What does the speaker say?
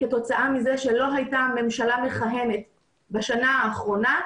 כתוצאה מזה שלא הייתה ממשלה מכהנת בשנה האחרונה,